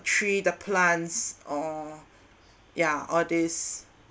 tree the plants all ya all this